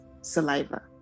saliva